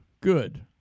good